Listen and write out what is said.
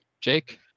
Jake